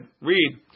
read